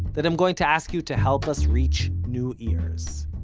that i'm going to ask you to help us reach new ears.